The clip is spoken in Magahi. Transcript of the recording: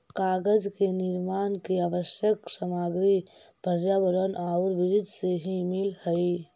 कागज के निर्माण के आवश्यक सामग्री पर्यावरण औउर वृक्ष से ही मिलऽ हई